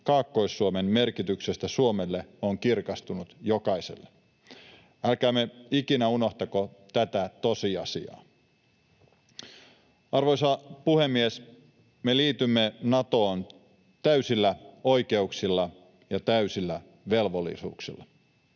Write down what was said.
Kaakkois-Suomen merkityksestä Suomelle on kirkastunut jokaiselle. Älkäämme ikinä unohtako tätä tosiasiaa. Arvoisa puhemies! Me liitymme Natoon täysillä oikeuksilla ja täysillä velvollisuuksilla.